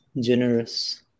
generous